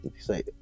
say